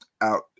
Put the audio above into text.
out